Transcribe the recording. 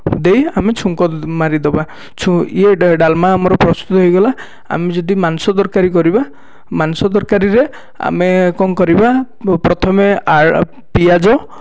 ଦେଇ ଆମେ ଛୁଙ୍କ ମାରିଦବା ଇଏ ଡାଲମା ଆମର ପ୍ରସ୍ତୁତ ହେଇଗଲା ଆମେ ଯଦି ମାଂସ ତରକାରୀ କରିବା ମାଂସ ତରକାରୀ ରେ ଆମେ କ'ଣ କରିବା ପ୍ରଥମେ ପିଆଜ